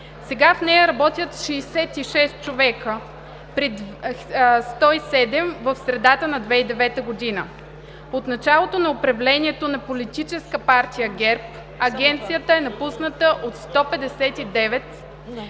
Сега в нея работят 66 човека – 107 в средата на 2009 г. От началото на управлението на Политическа партия ГЕРБ Агенцията е напусната от 159